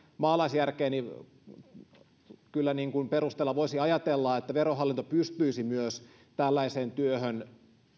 maalaisjärkeni perusteella voisin ajatella että verohallinto pystyisi myös tällaiseen työhön